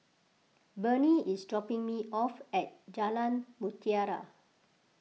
Bernie is dropping me off at Jalan Mutiara